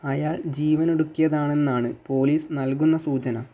അയാൾ ജീവനൊടുക്കിയതാണെന്നാണ് പോലീസ് നൽകുന്ന സൂചന